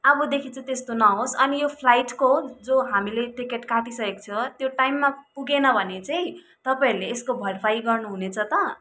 अबदेखि चाहिँ त्यस्तो नहोस् अनि यो फ्लाइटको जो हामीले टिकट काटिसकेको छ त्यो टाइममा पुगेन भने चाहिँ तपाईँहरूले यसको भरपाई गर्नु हुनेछ त